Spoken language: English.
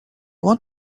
want